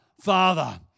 Father